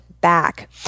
back